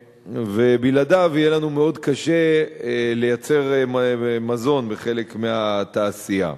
ובלעדיו יהיה לנו מאוד קשה לייצר מזון בחלק מהתעשייה.